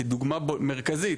כדוגמה מרכזית,